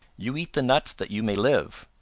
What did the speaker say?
you eat the nuts that you may live.